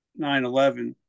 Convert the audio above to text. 9-11